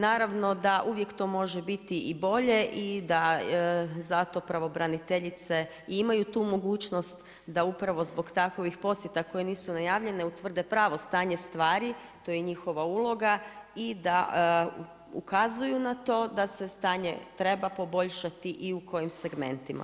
Naravno da uvijek to bože biti i bolje, i da zato pravobraniteljice imaju tu mogućnost da upravo zbog takvih posjeta koji nisu najavljene, utvrde pravo stanje stvari, to je njihova uloga, i da ukazuju na to da se stanje treba poboljšati i u kojim segmentima.